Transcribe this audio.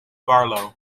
barlow